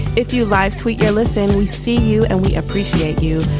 if you live tweet your listen we see you and we appreciate you.